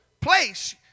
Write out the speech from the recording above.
place